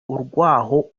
urwaho